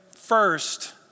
first